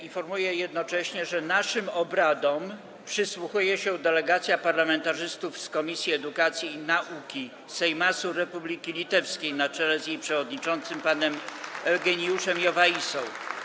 Informuję jednocześnie, że naszym obradom przysłuchuje się delegacja parlamentarzystów z Komisji Edukacji i Nauki Seimasu Republiki Litewskiej, na czele z jej przewodniczącym panem Eugenijusem Jovaisą.